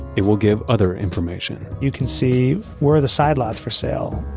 it will give other information you can see where are the side lots for sale,